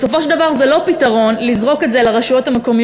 בסופו של דבר זה לא פתרון לזרוק את זה על הרשויות המקומיות,